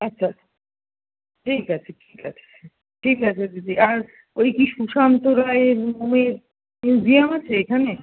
আচ্ছা ঠিক আছে ঠিক আছে ঠিক আছে দিদি আর ওই কি সুশান্ত রায় নামে কোনো জিএম আছে এখানে